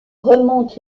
remonte